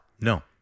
no